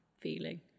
Feeling